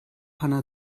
hanna